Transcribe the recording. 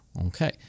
Okay